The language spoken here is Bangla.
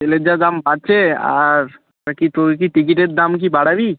তেলের দাম যা বাড়ছে আর তা কি তুই কি টিকিটের দাম কি বাড়াবি